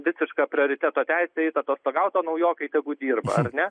visišką prioriteto teisę eiti atostogaut o naujokai tegu dirba ne